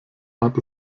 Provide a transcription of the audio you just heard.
hat